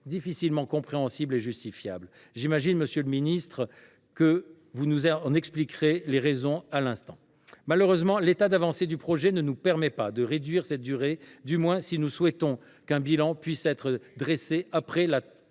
difficilement compréhensible et justifiable. Monsieur le ministre, j’imagine que vous nous en expliquerez les raisons. Malheureusement, l’état d’avancement du projet ne nous permet pas de réduire cette durée, du moins si nous souhaitons qu’un bilan puisse être dressé après le